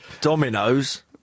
dominoes